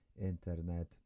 internet